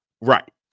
Right